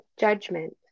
judgment